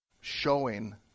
showing